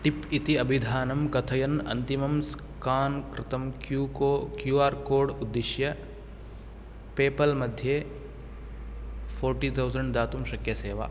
tip इति अभिधानं कथयन् अन्तिमं स्कान् कृतं क्यू आर् कोड् उद्दिश्य पेपल्मध्ये फ़ोर्टिथौसण्ड् दातुं शक्यते वा